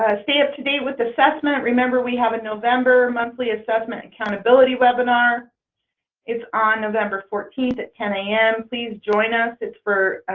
ah stay up to date with assessment, remember we have a november monthly assessment accountability webinar it's on november fourteenth at ten a m. please join us it's for